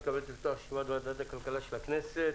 אני מתכבד לפתוח את ישיבת ועדת הכלכלה של הכנסת.